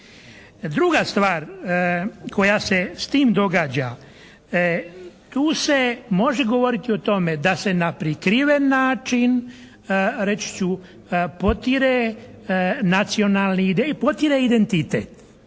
Druga stvar koja se s tim događa, tu se može govoriti o tome da se na prikriven način, reći ću, potire nacionalni, potire identitet.